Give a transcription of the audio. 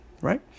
right